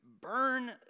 burn